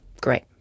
Great